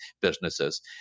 businesses